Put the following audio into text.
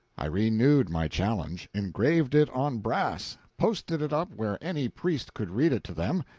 i renewed my challenge, engraved it on brass, posted it up where any priest could read it to them,